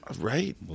right